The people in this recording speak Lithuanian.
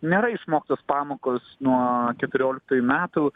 nėra išmoktos pamokos nuo keturioliktųjų metų